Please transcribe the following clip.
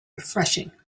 refreshing